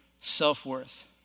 self-worth